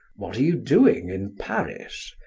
what are you doing in paris?